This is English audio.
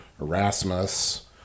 Erasmus